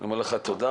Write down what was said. אני אומר לך תודה.